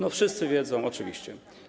No, wszyscy wiedzą, oczywiście.